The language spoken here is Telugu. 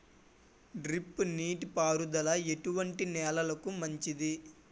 డ్రిప్ నీటి పారుదల ఎటువంటి నెలలకు మంచిది?